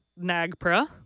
NAGPRA